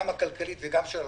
גם הכלכלית וגם של הלקוחות,